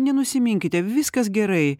nenusiminkite viskas gerai